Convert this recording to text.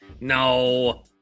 No